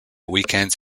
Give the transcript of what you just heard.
weekends